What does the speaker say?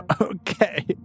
Okay